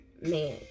man